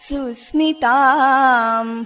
Susmitam